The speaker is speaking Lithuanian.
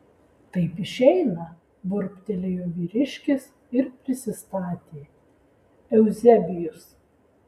taip išeina burbtelėjo vyriškis ir prisistatė euzebijus